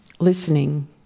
Listening